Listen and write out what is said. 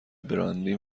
براندی